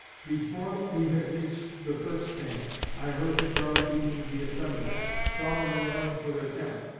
before we had reached the first camp, i heard the drum beating the assembly, saw the men running for their tents,